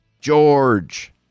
George